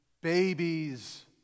babies